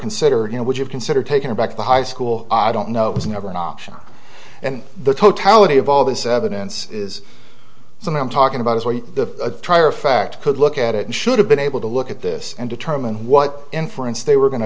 consider you know would you consider taking back the high school i don't know was never an option and the totality of all this evidence is so now i'm talking about what the trier of fact could look at it and should have been able to look at this and determine what inference they were going to